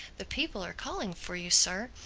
the people are calling for you, sir.